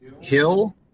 Hill